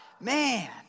Man